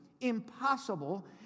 impossible